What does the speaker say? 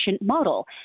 model